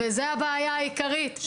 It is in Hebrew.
וזה הבעיה העיקרית,